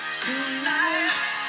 tonight